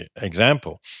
example